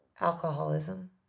alcoholism